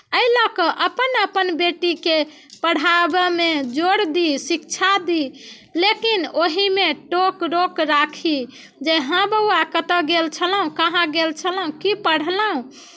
एहि लऽ कऽ अपन अपन बेटीकेँ पढ़ाबयमे जोर दी शिक्षा दी लेकिन ओहीमे टोक रोक राखी जे हँ बौआ कतय गेल छलहुँ कहाँ गेल छलहुँ की पढ़लहुँ